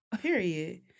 Period